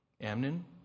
amnon